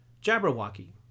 Jabberwocky